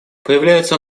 появляются